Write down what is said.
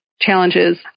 challenges